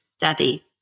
Daddy